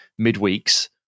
midweeks